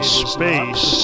space